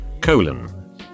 Colon